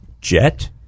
Jet